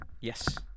Yes